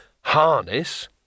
harness